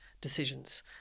decisions